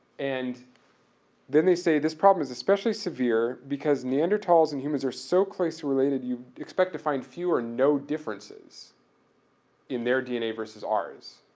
and then they say, this problem is especially severe because neanderthals and humans are so closely related, you expect to find few or no differences in their dna versus ours.